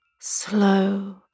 slow